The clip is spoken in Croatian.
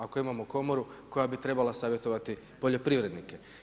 Ako imamo komoru koja bi trebala savjetovati poljoprivrednike.